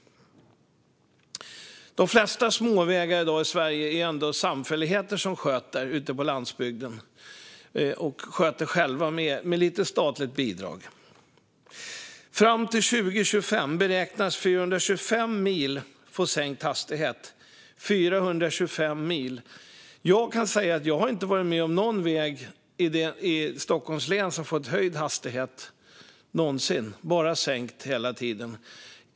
De flesta småvägar i Sverige sköts i dag av samfälligheter ute på landsbygden med lite statligt bidrag. Fram till 2025 beräknas 425 mil få sänkt hastighet. Jag har aldrig någonsin varit med om att någon väg i Stockholms län fått höjd hastighet - bara sänkt hela tiden.